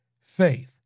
faith